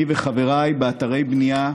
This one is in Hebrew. אני וחבריי, באתרי בנייה,